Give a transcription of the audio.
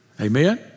Amen